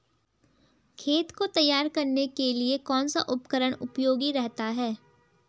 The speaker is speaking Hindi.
खेत को तैयार करने के लिए कौन सा उपकरण उपयोगी रहता है?